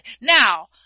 Now –